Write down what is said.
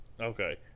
Okay